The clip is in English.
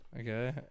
Okay